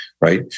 right